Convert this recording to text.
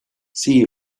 see